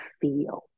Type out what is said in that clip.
feel